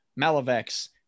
Malavex